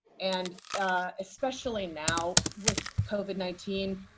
and especially now with covid nineteen,